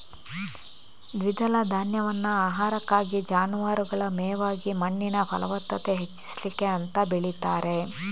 ದ್ವಿದಳ ಧಾನ್ಯವನ್ನ ಆಹಾರಕ್ಕಾಗಿ, ಜಾನುವಾರುಗಳ ಮೇವಾಗಿ ಮಣ್ಣಿನ ಫಲವತ್ತತೆ ಹೆಚ್ಚಿಸ್ಲಿಕ್ಕೆ ಅಂತ ಬೆಳೀತಾರೆ